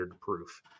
proof